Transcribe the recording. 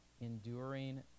enduring